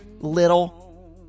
little